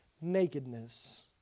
nakedness